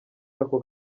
ako